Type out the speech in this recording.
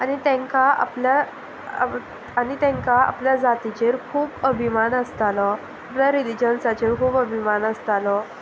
आनी तांकां आपल्या आनी तांकां आपल्या जातीचेर खूब अभिमान आसतालो आपल्या रिलीजन्साचेर खूब अभिमान आसतालो